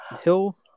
Hill